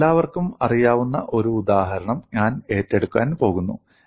നിങ്ങൾക്കെല്ലാവർക്കും അറിയാവുന്ന ഒരു ഉദാഹരണം ഞാൻ ഏറ്റെടുക്കാൻ പോകുന്നു